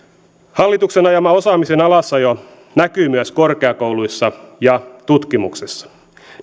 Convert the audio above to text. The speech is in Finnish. hallituksen ajama osaamisen alasajo näkyy myös korkeakouluissa ja tutkimuksessa